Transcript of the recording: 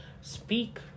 speak